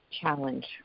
challenge